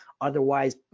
otherwise